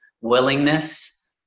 willingness